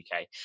uk